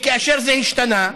כאשר זה השתנה,